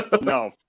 No